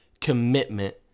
commitment